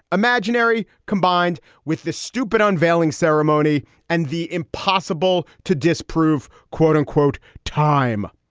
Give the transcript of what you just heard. imaginary combined with the stupid unveiling ceremony and the impossible to disprove. quote unquote time.